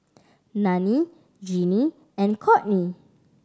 Nannie Jeanine and Kourtney